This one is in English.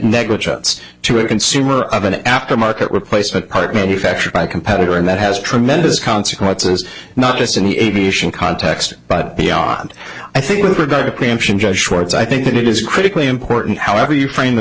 negligence to a consumer of an aftermarket replacement part manufactured by a competitor and that has tremendous consequences not just in the aviation context but beyond i think with regard to preemption judge schwartz i think that it is critically important however you f